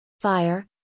Fire